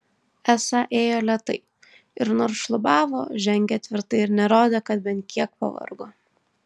esą ėjo lėtai ir nors šlubavo žengė tvirtai ir nerodė kad bent kiek pavargo